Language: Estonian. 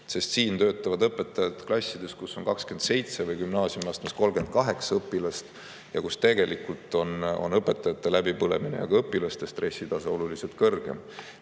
Siin töötavad õpetajad klassides, kus on 27 või gümnaasiumiastmes 38 õpilast ja siin tegelikult on õpetajate läbipõlemine ja ka õpilaste stressitase oluliselt kõrgem.